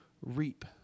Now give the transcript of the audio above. reap